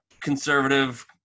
conservative